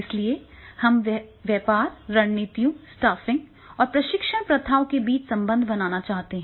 इसलिए हम व्यापार रणनीतियों स्टाफिंग और प्रशिक्षण प्रथाओं के बीच संबंध बनाना चाहते हैं